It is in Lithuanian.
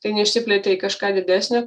tai neišsiplėtė į kažką didesnio